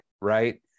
right